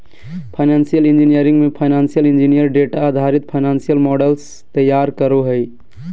financial engineering मे financial engineer data आधारित financial models तैयार करो हय